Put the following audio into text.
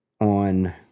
on